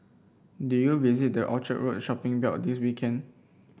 did you visit the Orchard Road shopping belt this weekend